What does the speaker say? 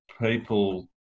people